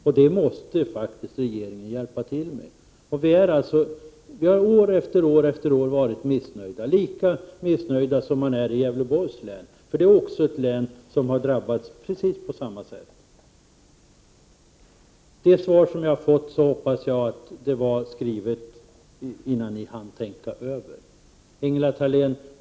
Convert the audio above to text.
Och det måste faktiskt regeringen hjälpa till med, Ingela Thalén! År efter år har vi varit missnöjda, lika missnöjda som man är i Gävleborgs län, som har drabbats på precis samma sätt. Jag hoppas att det svar som jag har fått skrevs innan ni på departementet hunnit tänka igenom detta.